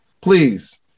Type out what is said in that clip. please